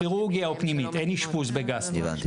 כירורגיה או פנימית, אין אשפוז בגסטרו.